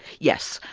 yes,